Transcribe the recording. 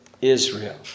Israel